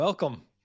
Welcome